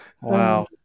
Wow